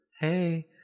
Hey